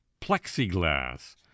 plexiglass